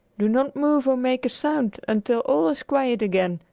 do not move or make a sound until all is quiet again,